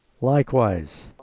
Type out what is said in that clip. Likewise